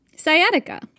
sciatica